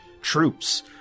troops